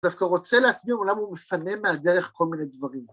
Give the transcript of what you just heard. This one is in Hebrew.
דווקא רוצה להסביר למה הוא מפנה מהדרך כל מיני דברים.